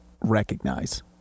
recognize